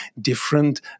different